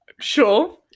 sure